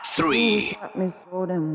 Three